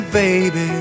baby